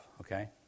okay